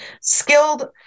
skilled